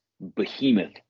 behemoth